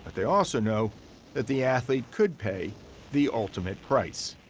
they also know that the athlete could pay the ultimate price.